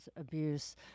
abuse